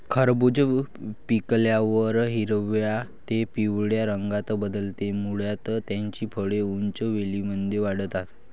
खरबूज पिकल्यावर हिरव्या ते पिवळ्या रंगात बदलते, मुळात त्याची फळे उंच वेलींमध्ये वाढतात